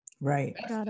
right